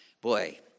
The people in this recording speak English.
Boy